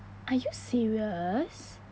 are you serious